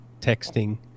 texting